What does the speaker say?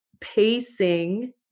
pacing